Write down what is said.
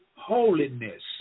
holiness